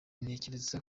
ntekereza